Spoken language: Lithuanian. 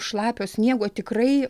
šlapio sniego tikrai